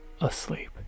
asleep